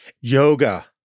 Yoga